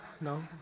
No